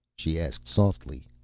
she asked softly,